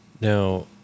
Now